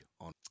on